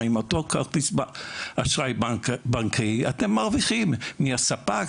עם אותו כרטיס אשראי בנקאי אתם מרוויחים מהספק,